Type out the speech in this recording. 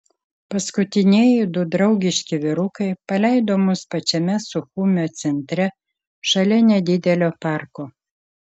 paskutinieji du draugiški vyrukai paleido mus pačiame suchumio centre šalia nedidelio parko